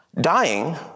dying